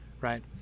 right